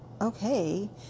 okay